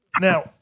Now